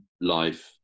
life